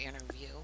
interview